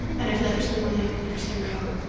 and i feel like there's something really interesting about,